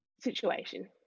situation